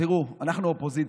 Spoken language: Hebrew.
תראו, אנחנו אופוזיציה,